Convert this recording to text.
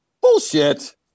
Bullshit